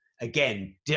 again